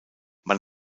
man